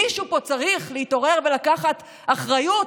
מישהו פה צריך להתעורר ולקחת אחריות,